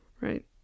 right